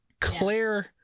Claire